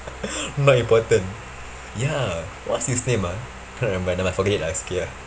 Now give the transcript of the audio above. not important ya what's his name ah can't remember never mind forget it lah it's okay ah